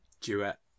duet